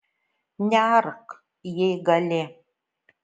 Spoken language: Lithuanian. neark jei gali